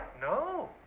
no